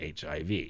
HIV